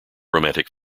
romantic